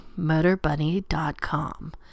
MotorBunny.com